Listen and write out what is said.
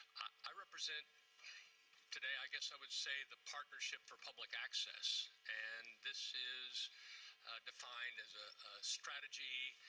i represent today, i guess i would say, the partnership for public access, and this is defined as a strategy